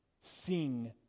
sing